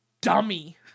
dummy